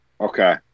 Okay